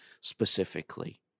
specifically